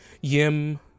yim